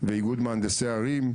ואיגוד מהנדסי ערים,